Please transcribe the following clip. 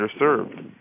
underserved